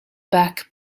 back